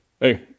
hey